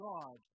God